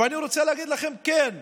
ואני רוצה להגיד לכם: כן,